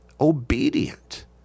obedient